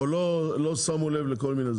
או לא שמו לב לכל מיני,